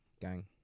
gang